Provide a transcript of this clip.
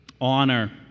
Honor